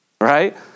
Right